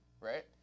Right